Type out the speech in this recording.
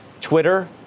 Twitter